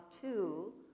Two